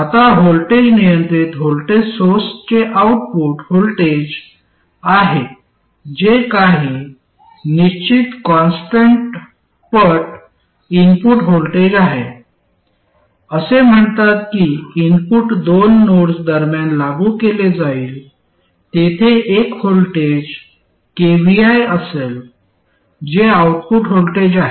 आता व्होल्टेज नियंत्रित व्होल्टेज सोर्सचे आउटपुट व्होल्टेज आहे जे काही निश्चित कॉन्स्टन्ट पट इनपुट व्होल्टेज आहे असे म्हणतात की इनपुट दोन नोड्स दरम्यान लागू केले जाईल तेथे एक व्होल्टेज kvi असेल जे आउटपुट व्होल्टेज आहे